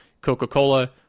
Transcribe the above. Coca-Cola